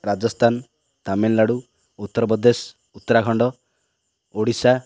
Rajasthan Tamil Nadu Uttar Pradesh Uttarakhand Odisha